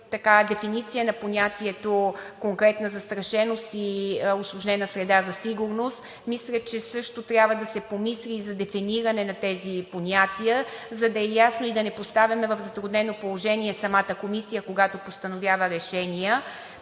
липсва дефиниция на понятието конкретна застрашеност и усложнена среда за сигурност. Мисля, че също трябва да се помисли и за дефиниране на тези понятия, за да е ясно и да не поставяме в затруднено положение самата комисия, когато постановява решения.